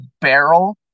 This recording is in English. barrel